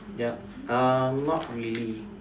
yup um not really